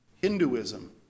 Hinduism